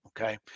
okay